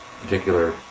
particular